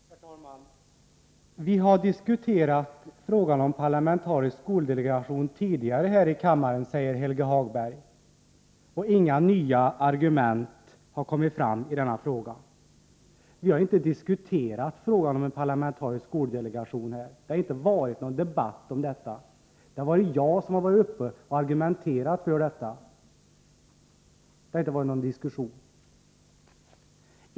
Herr talman! Vi har diskuterat frågan om en parlamentarisk skoldelegation här i kammaren tidigare, säger Helge Hagberg, och inget nytt argument har kommit fram i den frågan. Nej, vi har inte diskuterat frågan om en parlamentarisk skoldelegation här. Jag har varit uppe och argumenterat för detta, men det har inte varit någon diskussion.